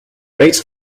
rates